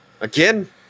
Again